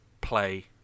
play